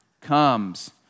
comes